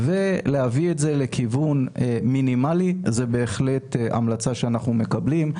להביא את זה לכיוון מינימלי זה בהחלט המלצה שאנחנו מקבלים.